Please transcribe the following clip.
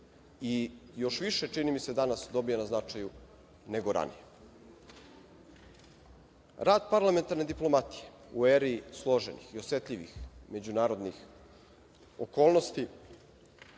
još više, čini mi se, dobija na značaju nego ranije. Rad parlamentarne diplomatije u eri složenih i osetljivih međunarodnih okolnosti